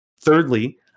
Thirdly